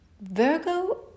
Virgo